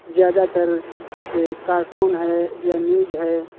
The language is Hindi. ज़्यादातर जैसे कार्टून है या न्यूज़ है